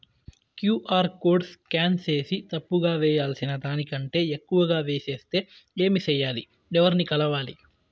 QR code scan సేసి తప్పు గా వేయాల్సిన దానికంటే ఎక్కువగా వేసెస్తే ఏమి సెయ్యాలి? ఎవర్ని కలవాలి?